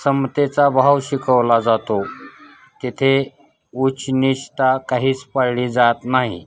समतेचा भाव शिकवला जातो तिथे उच्चनीचता काहीच पाळली जात नाही